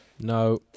No